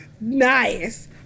nice